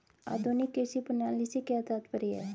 आधुनिक कृषि प्रणाली से क्या तात्पर्य है?